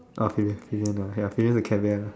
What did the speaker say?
okay okay he use fission ya he use the cat bear